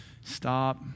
Stop